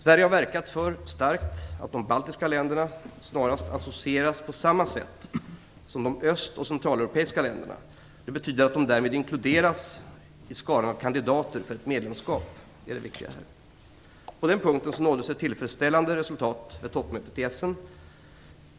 Sverige har verkat starkt för att de baltiska länderna snarast associeras på samma sätt som de östoch centraleuropeiska länderna. Det betyder att de därmed inkluderas i skaran av kandidater för ett medlemskap. Det är det viktiga här. På denna punkt nåddes ett tillfredsställande resultat vid toppmötet i Essen.